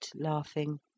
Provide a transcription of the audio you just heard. laughing—